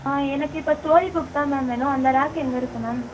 ஆ எனக்கு இப்போ story book தான் மேம் வேணும் அந்த ரேக்கு எங்கே இருக்குது மேம்